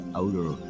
outer